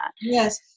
Yes